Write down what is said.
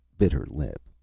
bit her lip,